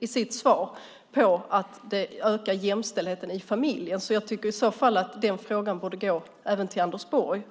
i sitt svar fokuserat på att det ökar jämställdheten i familjen. Även den frågan borde gå till Anders Borg.